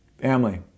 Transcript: Family